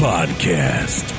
Podcast